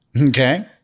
Okay